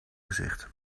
gezicht